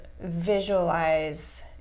visualize